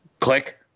Click